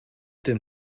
dem